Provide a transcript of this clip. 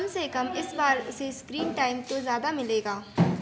कम से कम इस बार उसे स्क्रीन टाइम तो ज़्यादा मिलेगा